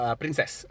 princess